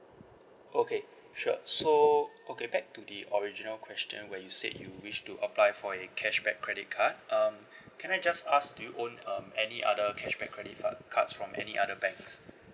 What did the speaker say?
okay sure so okay back to the original question where you said you wish to apply for a cashback credit card um can I just ask do you own um any other cashback credit uh cards from any other banks